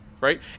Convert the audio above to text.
right